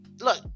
look